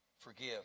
Forgive